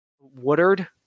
Woodard